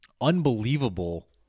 unbelievable